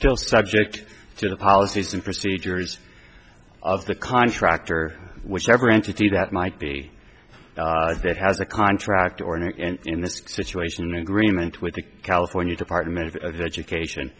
still subject to the policies and procedures of the contractor whichever entity that might be that has a contract or not in this situation in agreement with the california department of education